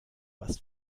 was